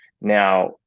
Now